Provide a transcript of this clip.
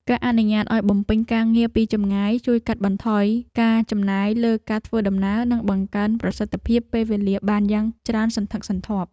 ការអនុញ្ញាតឱ្យបំពេញការងារពីចម្ងាយជួយកាត់បន្ថយការចំណាយលើការធ្វើដំណើរ និងបង្កើនប្រសិទ្ធភាពពេលវេលាបានយ៉ាងច្រើនសន្ធឹកសន្ធាប់។